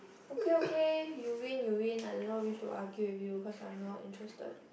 okay okay you win you win I do not wish to argue with you cause I'm not interested